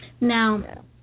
Now